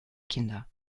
kinder